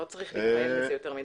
לא צריך להתלהב מזה יותר מדי.